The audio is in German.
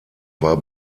war